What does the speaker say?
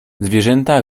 zwierzęta